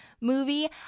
movie